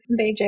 Beijing